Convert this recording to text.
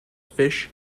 fish